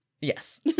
yes